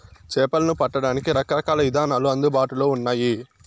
చేపలను పట్టడానికి రకరకాల ఇదానాలు అందుబాటులో ఉన్నయి